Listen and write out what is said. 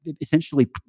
essentially